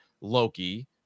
Loki